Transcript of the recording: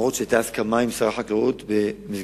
אף-על-פי שהיתה הסכמה עם שר החקלאות במסגרת